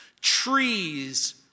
Trees